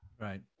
Right